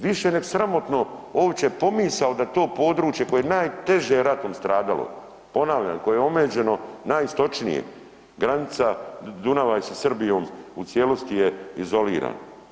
Više neg sramotno opće pomisao da to područje koje je najteže ratom stradalo, ponavljam, koji je omeđeno najistočnije, granica Dunava je sa Srbijom u cijelosti je izoliran.